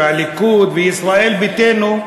והליכוד וישראל ביתנו,